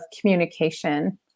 communication